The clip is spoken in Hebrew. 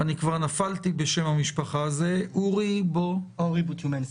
אורי בוצ'ומינסקי,